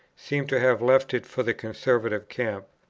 seem to have left it for the conservative camp.